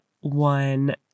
one